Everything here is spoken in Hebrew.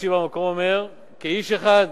רש"י במקום אומר: כאיש אחד,